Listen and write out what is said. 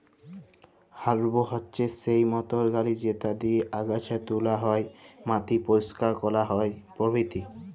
harrow হছে সেই motor গাড়ি যেট দিঁয়ে আগাছা তুলা হ্যয়, মাটি পরিষ্কার ক্যরা হ্যয় ইত্যাদি